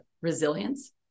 resilience